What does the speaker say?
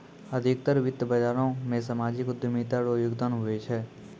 अधिकतर वित्त बाजारो मे सामाजिक उद्यमिता रो योगदान हुवै छै